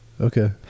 okay